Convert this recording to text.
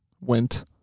went